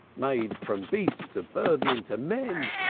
made from beasts of burden into men,